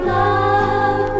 love